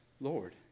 Lord